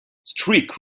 strict